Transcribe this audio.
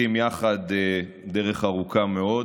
הולכים יחד דרך ארוכה מאוד.